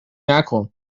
نکن